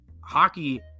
hockey